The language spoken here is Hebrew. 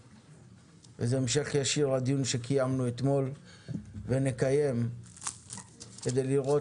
וזה המשך ישיר לדיון שקיימנו אתמול ונקיים כדי לראות